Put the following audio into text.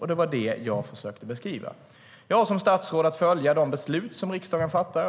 Det var det jag försökte beskriva. Jag har som statsråd att följa de beslut som riksdagen fattar.